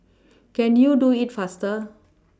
can you do it faster